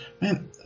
man